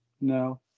No